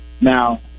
Now